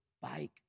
bike